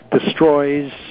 destroys